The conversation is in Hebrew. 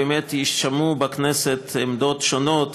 באמת יישמעו בכנסת עמדות שונות,